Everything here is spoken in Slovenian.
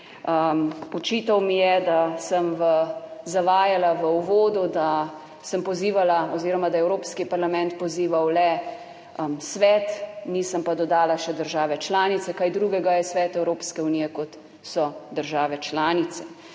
Očital mi je, da sem zavajala v uvodu, da sem pozivala oziroma da je Evropski parlament pozival le svet, nisem pa dodala še države članice. Kaj drugega je Svet Evropske unije kot so države članice?